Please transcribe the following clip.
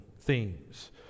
themes